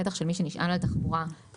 בטח של מי שנשען על התחבורה הציבורית.